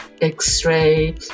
x-ray